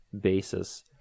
basis